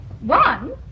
One